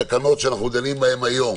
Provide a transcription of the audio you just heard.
בתקנות שאנחנו דנים בהן היום,